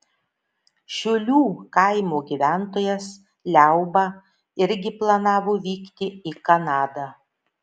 šiulių kaimo gyventojas liauba irgi planavo vykti į kanadą